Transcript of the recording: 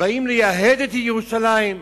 באים לייהד את ירושלים.